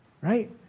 Right